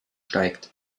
steigt